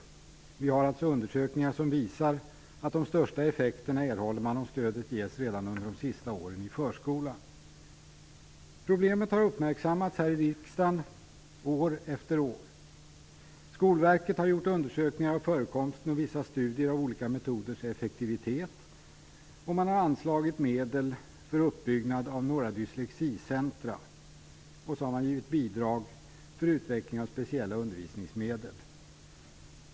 Vi har undersökningar som visar att man erhåller de största effekterna om stödet ges redan under de sista åren i förskolan. Problemet har uppmärksammats här i riksdagen år efter år. Skolverket har gjort undersökningar om förekomsten och man har studerat olika metoders effektivitet. Man har anslagit medel för uppbyggnad av några dyslexicentrum och man har givit bidrag till utveckling av speciella utbildningsmedel.